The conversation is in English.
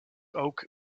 oak